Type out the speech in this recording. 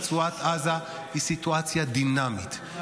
משום שהסיטואציה ברצועת עזה היא סיטואציה דינמית -- דינמית.